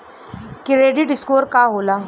Credit score का होला?